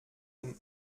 dem